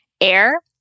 air